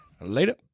Later